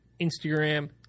Instagram